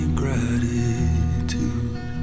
gratitude